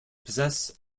possess